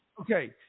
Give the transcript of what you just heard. Okay